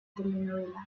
telenovela